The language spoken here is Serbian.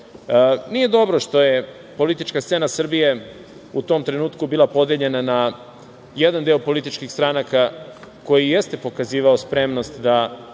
dobro što je politička scena Srbije u tom trenutku bila podeljena na jedan deo političkih stranaka koji jeste pokazivao spremnost da